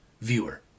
viewer